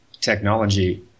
technology